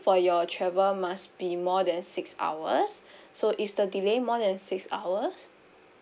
for your travel must be more than six hours so is the delay more than six hours